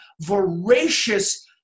voracious